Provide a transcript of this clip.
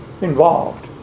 involved